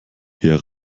herr